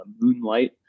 moonlight